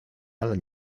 ale